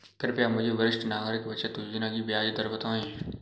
कृपया मुझे वरिष्ठ नागरिक बचत योजना की ब्याज दर बताएं